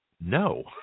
No